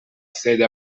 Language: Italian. sede